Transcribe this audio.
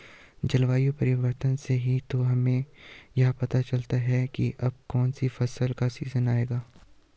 जलवायु परिवर्तन से ही तो हमें यह पता चलता है की अब कौन सी फसल का सीजन आयेगा